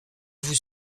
vous